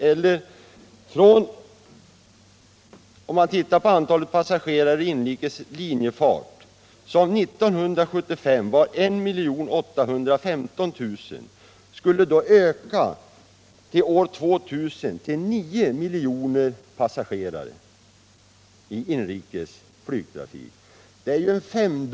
Passagerarantalet i inrikes linjefart uppgick nämligen 1975 till 1 815 000 och skulle år 2000 ha ökat till 9 miljoner passagerare.